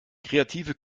kreative